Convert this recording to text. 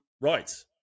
Right